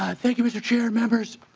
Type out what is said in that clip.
ah thank you mr. chair and members.